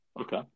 Okay